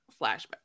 flashback